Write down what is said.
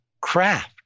craft